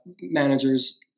managers